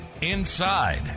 inside